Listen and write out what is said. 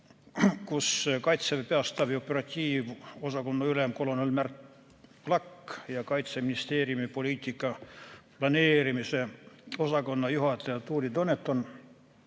kus Kaitseväe Peastaabi operatiivosakonna ülem kolonel Märt Plakk ja Kaitseministeeriumi poliitika planeerimise osakonna juhataja Tuuli Duneton